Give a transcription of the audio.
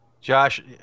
Josh